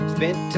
Spent